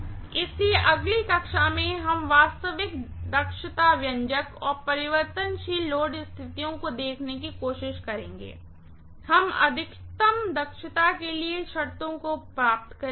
इसलिए अगली कक्षा में हम वास्तविक दक्षता व्यंजक और परिवर्तनशील लोड स्थितियों को देखने की कोशिश करेंगे हम अधिकतम दक्षता के लिए शर्तों को प्राप्त करेंगे